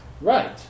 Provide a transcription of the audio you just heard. Right